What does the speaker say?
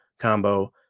combo